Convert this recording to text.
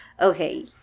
okay